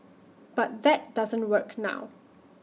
but that doesn't work now